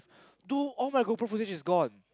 do all my GoPro footage is gone